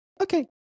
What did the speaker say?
okay